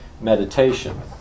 meditation